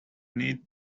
needed